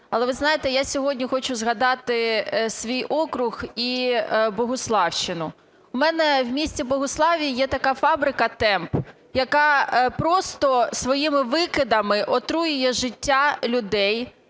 Але, ви знаєте, я сьогодні хочу згадати свій округ і Богуславщину. У мене в місті Богуславі є така фабрика "Темп", яка просто своїми викидами отруює життя людей,